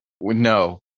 No